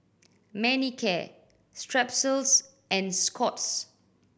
Manicare Strepsils and Scott's